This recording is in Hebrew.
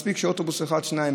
מספיק שיש אוטובוס אחד או שניים,